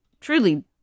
truly